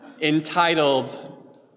entitled